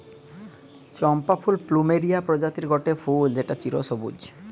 চম্পা ফুল প্লুমেরিয়া প্রজাতির গটে ফুল যেটা চিরসবুজ